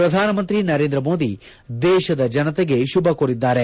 ಪ್ರಧಾನಮಂತ್ರಿ ನರೇಂದ್ರಮೋದಿ ದೇಶದ ಜನತೆಗೆ ಶುಭ ಕೋರಿದ್ದಾರೆ